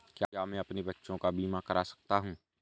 क्या मैं अपने बच्चों का बीमा करा सकता हूँ?